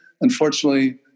unfortunately